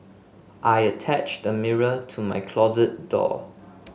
I attached a mirror to my closet door